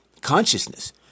consciousness